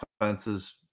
offenses